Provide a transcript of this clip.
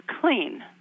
clean